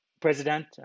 president